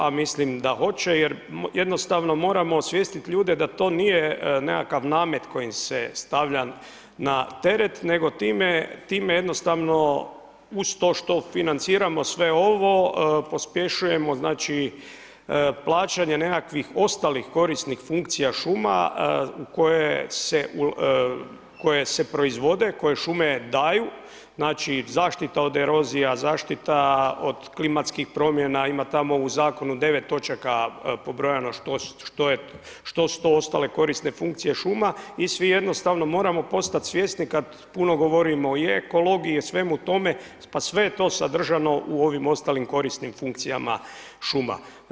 A mislim da hoće, jer jednostavno moramo osvijestiti ljude da to nije nekakav namet koji im se stavlja na teret, nego time, jednostavno, uz to što financiramo sve ovo, pospješujemo znači plaćanje nekakvih ostalih korisnih funkcija šuma, koje se proizvode, koje šume daju znači zaštita od erozija, zaštita od klimatskih promjena, ima tamo u Zakonu 9 točaka pobrojano što su to ostale korisne funkcije šuma i svi jednostavno moramo postati svjesni kad puno govorimo o ekologiji i o svemu tome, pa sve je to sadržano u ovim ostalim korisnim funkcijama šuma.